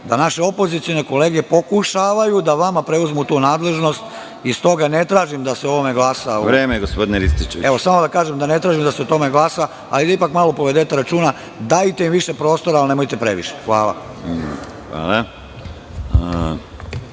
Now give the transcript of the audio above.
da naše opozicione kolege pokušavaju da vama preuzmu tu nadležnosti i stoga ne tražim da se o ovome glasa.(Predsedavajući: Vreme, gospodine Rističeviću.)Evo, samo da kažem da ne tražim da se o tome glasa, ali da ipak malo povedete računa. Dajte više prostora, ali nemojte previše. Hvala.